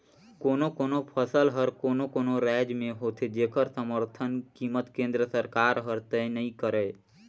कोनो कोनो फसल हर कोनो कोनो रायज में होथे जेखर समरथन कीमत केंद्र सरकार हर तय नइ करय